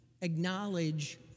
acknowledge